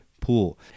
pool